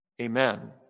Amen